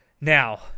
now